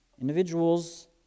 individuals